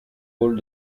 paul